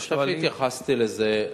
אני חושב שהתייחסתי לזה.